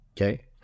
Okay